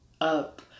up